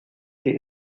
que